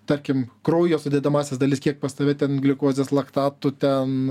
tarkim kraujo sudedamąsias dalis kiek pas tave ten gliukozės laktatų ten